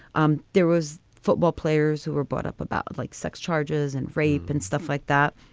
um there was football players who were brought up about like sex charges and rape and stuff like that.